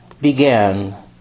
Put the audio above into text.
began